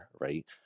right